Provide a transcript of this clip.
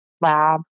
lab